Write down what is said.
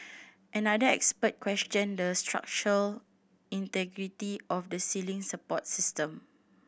another expert questioned the structural integrity of the ceiling support system